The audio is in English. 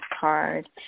card